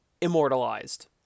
immortalized